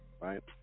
right